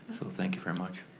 so thank you very much.